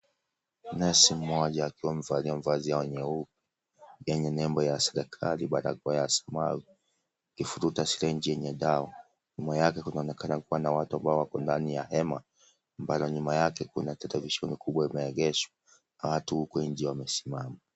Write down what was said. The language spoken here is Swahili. Nesi mmoja akiwa amevalia vazi yao nyeupe yenye nembo ya serikali barakoa ya samawi akivuruta sirenji yenye dawa. Nyuma yake kunaonekana kuna watu ambao wamekaa ndani ya hema ambalo nyuma yake kuna chati kubwa imeegeshwa watu huku nje wamesimama.